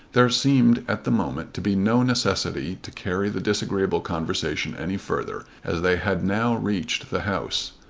there seemed at the moment to be no necessity to carry the disagreeable conversation any further as they had now reached the house.